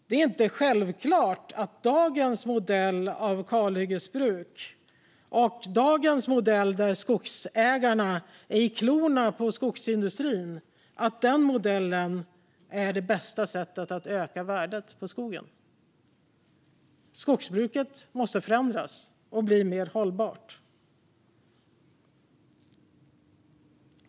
Det är inte självklart att dagens modell av kalhyggesbruk där skogsägarna är i klorna på skogsindustrin är det bästa sättet att öka värdet på skogen. Skogsbruket måste förändras och bli mer hållbart.